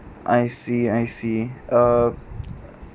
I see I see err